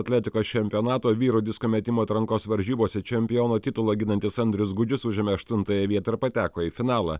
atletikos čempionato vyrų disko metimo atrankos varžybose čempiono titulą ginantis andrius gudžius užėmė aštuntąją vietą ir pateko į finalą